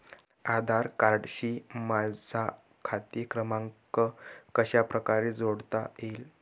आधार कार्डशी माझा खाते क्रमांक कशाप्रकारे जोडता येईल?